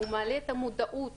הוא מעלה את המודעות